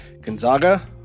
Gonzaga